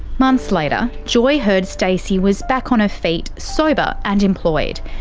months later, joy heard stacey was back on her feet, sober and employed.